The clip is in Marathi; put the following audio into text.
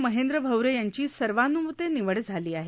महेंद्र भवरे यांची सर्वान्मते निवड झाली आहे